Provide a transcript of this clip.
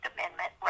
Amendment